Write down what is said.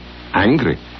Angry